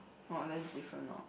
oh then it's different lor